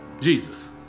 Jesus